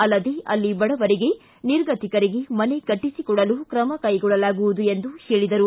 ಅಲ್ಲದೆ ಅಲ್ಲಿ ಬಡವರಿಗೆ ನಿರ್ಗತಿಕರಿಗೆ ಮನೆ ಕಟ್ಟಿಸಿಕೊಡಲು ಕ್ರಮ ಕೈಗೊಳ್ಳಲಾಗುವುದು ಎಂದು ಹೇಳಿದರು